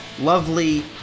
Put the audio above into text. lovely